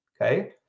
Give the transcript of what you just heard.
okay